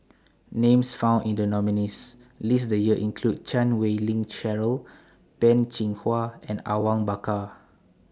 Names found in The nominees' list This Year include Chan Wei Ling Cheryl Peh Chin Hua and Awang Bakar